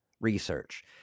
research